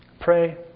pray